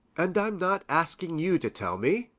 and i'm not asking you to tell me,